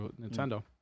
Nintendo